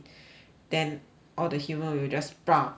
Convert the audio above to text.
then all the human will just ah